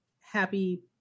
happy